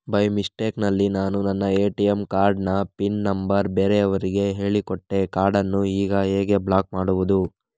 By mistake ನಲ್ಲಿ ನಾನು ನನ್ನ ಎ.ಟಿ.ಎಂ ಕಾರ್ಡ್ ನ ಪಿನ್ ನಂಬರ್ ಬೇರೆಯವರಿಗೆ ಹೇಳಿಕೊಟ್ಟೆ ಕಾರ್ಡನ್ನು ಈಗ ಹೇಗೆ ಬ್ಲಾಕ್ ಮಾಡುವುದು?